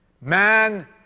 Man